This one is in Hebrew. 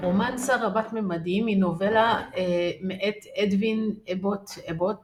רומאנסה רבת-ממדים היא נובלה מאת אדווין אבוט אבוט